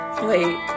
Wait